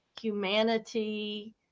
humanity